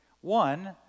One